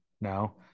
now